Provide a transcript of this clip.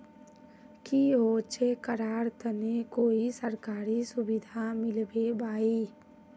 की होचे करार तने कोई सरकारी सुविधा मिलबे बाई?